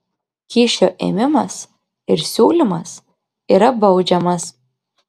kyšio ėmimas ir siūlymas yra baudžiamas